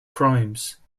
crimes